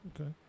Okay